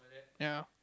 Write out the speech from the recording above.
ya